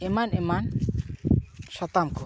ᱮᱢᱟᱱ ᱮᱢᱟᱱ ᱥᱟᱛᱟᱢ ᱠᱚ